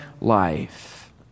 life